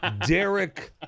Derek